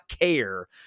care